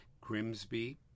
Grimsby